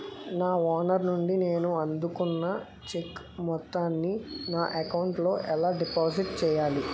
నా ఓనర్ నుండి నేను అందుకున్న చెక్కు మొత్తాన్ని నా అకౌంట్ లోఎలా డిపాజిట్ చేయాలి?